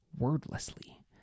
wordlessly